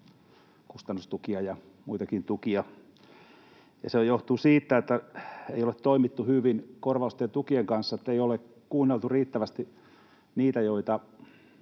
kustannustukia ja muitakin tukia, ja se on johtunut siitä, että ei ole toimittu hyvin korvausten ja tukien kanssa, ei ole kuunneltu riittävästi niitä, joita